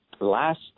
last